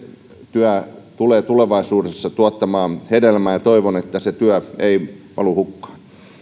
työ tulee tulevaisuudessa tuottamaan hedelmää ja toivon että se työ ei valu hukkaan